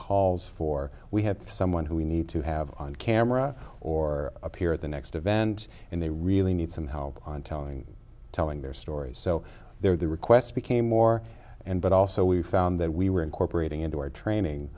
calls for we have someone who we need to have on camera or appear at the next event and they really need some help on telling telling their stories so they're the requests became more and but also we found that we were incorporating into our training